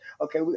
Okay